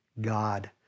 God